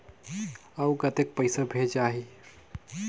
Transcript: अउ कतेक पइसा भेजाही?